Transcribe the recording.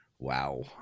Wow